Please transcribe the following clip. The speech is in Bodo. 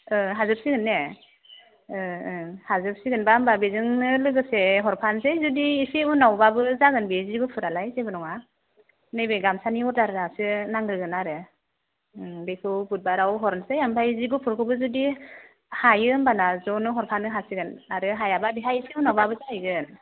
हाजोबसिगोन ने हाजोबसिगोनबा होमब्ला बेजोंनो लोगोसे हरफानोसै जुदि एसे उनावब्लाबो जागोन बे जि गुफुरालाय जेबो नङा नैबे गामसानि अर्डारासो नांग्रोगोन आरो बेखौ बुधबाराव हरनोसै ओमफ्राय जि गुफुरखोबो जुदि हायो होमब्लाना ज'नो हरफानो हासिगोन आरो हायाब्ला बेहाय एसे उनावब्लाबो जाहैगोन